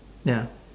ya